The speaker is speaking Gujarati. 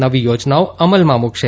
નવી યોજનાઓ અમલમાં મૂકશે